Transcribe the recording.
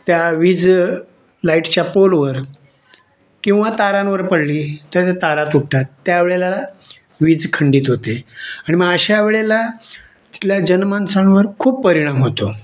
त्या वीज लाईटच्या पोलवर किंवा तारांवर पडली तर तारा तुटतात त्या वेळेला वीज खंडित होते आणि मग अशा वेळेला तिथल्या जनमानसांवर खूप परिणाम होतो